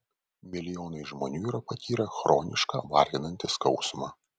milijonai žmonių yra patyrę chronišką varginantį skausmą